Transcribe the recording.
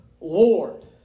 Lord